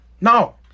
No